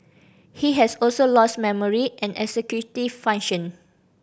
he has also lost memory and executive function